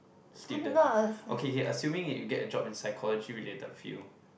student okay K assuming if you get a job in psychology related field